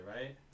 right